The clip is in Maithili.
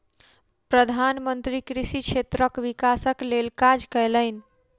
प्रधान मंत्री कृषि क्षेत्रक विकासक लेल काज कयलैन